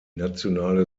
nationale